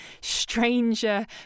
stranger